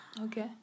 Okay